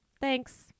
thanks